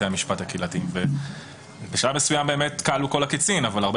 המשפט הקהילתיים ובשלב מסוים באמת כלו כל הקיצים אבל הרבה